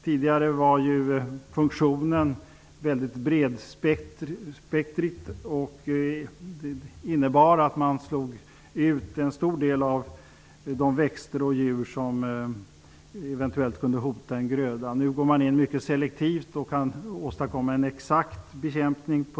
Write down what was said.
Tidigare var användningsområdet mycket bredspektrigt, vilket innebar att en stor del av de växter och djur som eventuellt kunde hota en gröda slogs ut. Nu arbetar man mycket selektivt och kan åstadkomma en exakt bekämpning.